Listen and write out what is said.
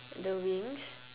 the wings